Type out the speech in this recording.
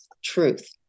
Truth